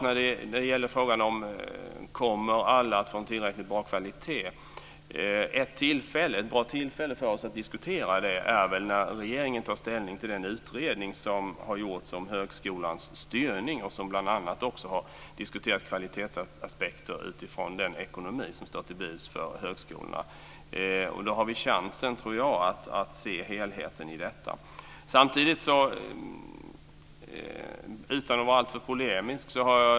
När det gäller frågan om huruvida alla kommer att få en tillräckligt bra kvalitet så är ett bra tillfälle för oss att diskutera det när regeringen tar ställning till den utredning som har gjorts om högskolans styrning. Den har bl.a. också diskuterat kvalitetsaspekter utifrån den ekonomi som står till buds för högskolorna. Då har vi chansen att se helheten i detta.